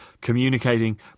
communicating